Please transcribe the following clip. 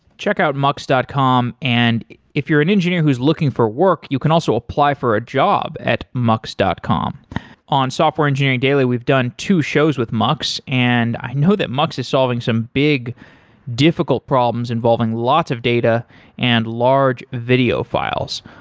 check out mux dot com. and if you're an engineer who's looking for work, you can also apply for a job at mux dot com on software engineering daily, we've done two shows with mux, and i know that mux is solving some big difficult problems involving lots of data and large video files.